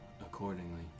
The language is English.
accordingly